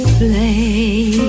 play